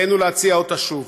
עלינו להציע אותה שוב.